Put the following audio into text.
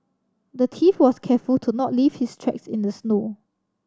the thief was careful to not leave his tracks in the snow